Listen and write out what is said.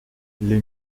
les